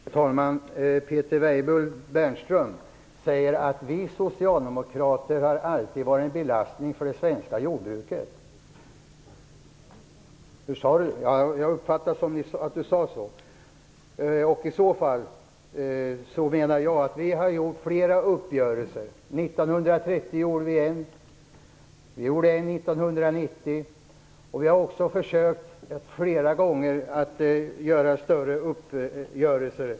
Fru talman! Jag uppfattade att Peter Weibull Bernström sade att vi socialdemokrater alltid har varit en belastning för det svenska jordbruket. Jag vill dock peka på att vi har deltagit i flera uppgörelser, en år 1930 och en år 1990. Vi har också vid flera andra tillfällen försökt komma fram till större uppgörelser.